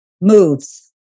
Moves